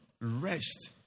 rest